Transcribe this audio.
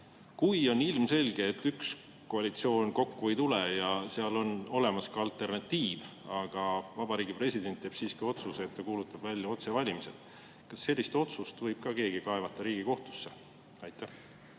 Kui on ilmselge, et üks koalitsioon kokku ei tule ja on olemas ka alternatiiv, aga Vabariigi President teeb siiski otsuse, et ta kuulutab välja otsevalimised, kas sellist otsust võib keegi Riigikohtusse